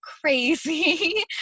crazy